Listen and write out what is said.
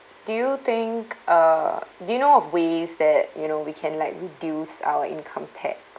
do you think uh do you know of ways that you know we can like reduce our income tax